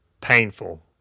painful